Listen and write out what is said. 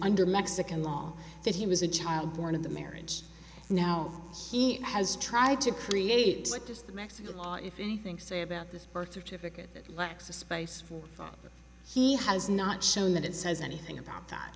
under mexican law that he was a child born of the marriage now he has tried to create the mexican law if anything so about the birth certificate lacks a space he has not shown that it says anything about that